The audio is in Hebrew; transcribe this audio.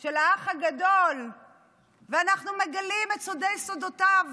של האח הגדול ואנחנו מגלים את סודי-סודותיו